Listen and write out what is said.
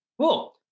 Cool